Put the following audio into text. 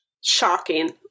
Shocking